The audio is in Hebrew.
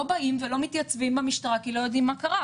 לא באים ולא מתייצבים במשטרה כי לא יודעים מה קרה,